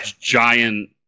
giant